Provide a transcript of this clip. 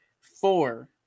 four